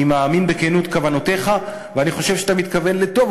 אני מאמין בכנות כוונותיך ואני חושב שאתה מתכוון לטוב.